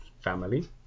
family